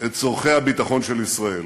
את צורכי הביטחון של ישראל.